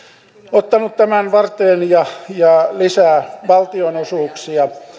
ottanut tämän varteen ja ja lisää valtionosuuksia